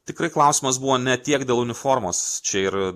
tikrai klausimas buvo ne tiek dėl uniformos čia ir